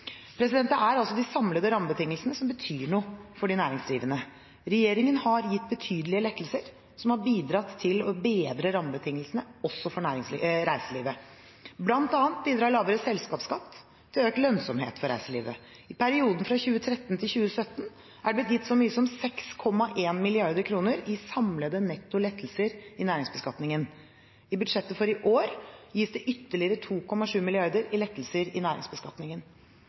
Det er de samlede rammebetingelsene som betyr noe for de næringsdrivende. Regjeringen har gitt betydelige lettelser som har bidratt til å bedre rammebetingelsene også for reiselivet. Blant annet bidrar lavere selskapsskatt til økt lønnsomhet for reiselivet. I perioden fra 2013 til 2017 er det blitt gitt så mye som 6,1 mrd. kr i samlede netto lettelser i næringsbeskatningen. I budsjettet for i år gis det ytterligere 2,7 mrd. kr i lettelser i næringsbeskatningen.